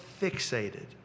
fixated